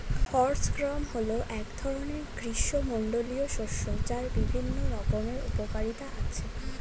horse gram হল এক ধরনের গ্রীষ্মমণ্ডলীয় শস্য যার বিভিন্ন রকমের উপকারিতা আছে